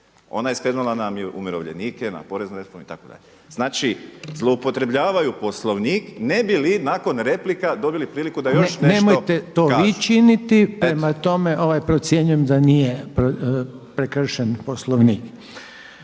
Ona je skrenula na umirovljenike, na poreznu reformu itd. Znači zloupotrebljavaju Poslovnik ne bi li nakon replika dobili priliku da još nešto kažu. **Reiner, Željko (HDZ)** Nemojte to vi činiti prema tome procjenjujem da nije prekršen Poslovnik.